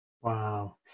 Wow